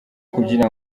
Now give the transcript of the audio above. kugira